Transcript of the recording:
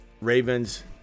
Ravens